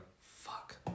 fuck